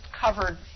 covered